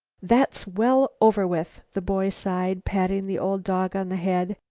that's well over with, the boy sighed, patting the old dog on the head.